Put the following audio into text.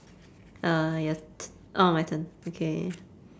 uh yes orh my turn okay